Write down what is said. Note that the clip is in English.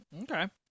Okay